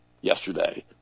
yesterday